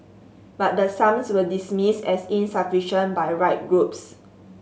but the sums were dismissed as insufficient by right groups